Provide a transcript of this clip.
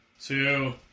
Two